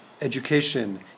education